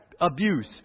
abuse